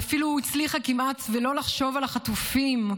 היא אפילו הצליחה כמעט ולא לחשוב על החטופים.